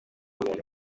umuntu